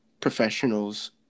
professionals